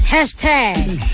Hashtag